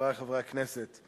חברי חברי הכנסת,